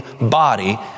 body